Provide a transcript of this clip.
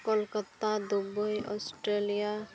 Kolkata Dubai Australia